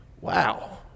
Wow